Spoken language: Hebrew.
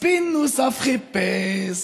ספין נוסף חיפש.